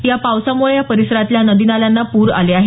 या पावसामुळे या परिसरातल्या नदी नाल्यांना पूर आले आहेत